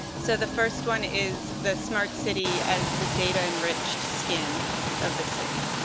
so the first one is the smart city as the data-enriched skin of this city.